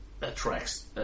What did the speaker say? attracts